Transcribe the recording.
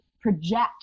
project